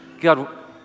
God